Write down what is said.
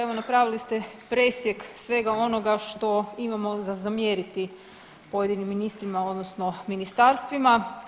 Evo, napravili ste presjek svega onoga što imamo za zamjeriti pojedinim ministrima odnosno ministarstvima.